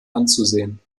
anzusehen